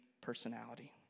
personality